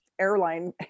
airline